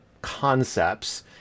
concepts